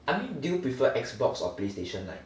I mean do you prefer Xbox or PlayStation like